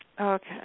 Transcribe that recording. Okay